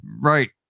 right